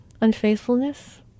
unfaithfulness